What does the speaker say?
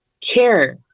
care